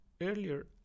Earlier